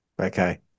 Okay